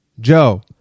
Joe